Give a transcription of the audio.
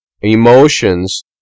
Emotions